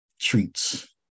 treats